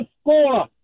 score